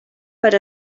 per